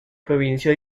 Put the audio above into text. provincia